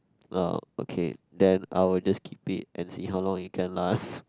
oh okay then I will just keep it and see how long it can last